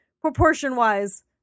proportion-wise